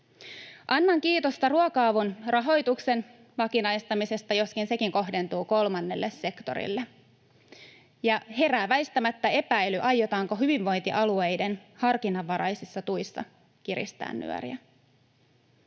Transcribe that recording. Annan kiitosta ruoka-avun rahoituksen vakinaistamisesta, joskin sekin kohdentuu kolmannelle sektorille. Herää väistämättä epäily, aiotaanko hyvinvointialueiden harkinnanvaraisissa tuissa kiristää nyöriä.